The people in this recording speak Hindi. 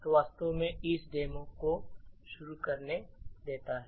तो वास्तव में इस डेमो को शुरू करने देता है